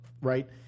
Right